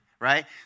right